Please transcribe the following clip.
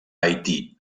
haití